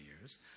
years